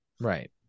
Right